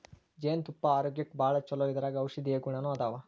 ಜೇನತುಪ್ಪಾ ಆರೋಗ್ಯಕ್ಕ ಭಾಳ ಚುಲೊ ಇದರಾಗ ಔಷದೇಯ ಗುಣಾನು ಅದಾವ